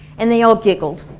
and they all giggled.